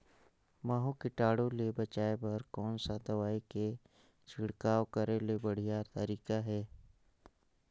महू कीटाणु ले बचाय बर कोन सा दवाई के छिड़काव करे के बढ़िया तरीका हे?